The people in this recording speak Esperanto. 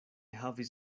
havis